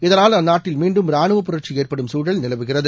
இதனால் அந்நாட்டில் மீண்டும் ராணுவப் புரட்சி ஏற்படும் சூழல் நிலவுகிறது